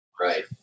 right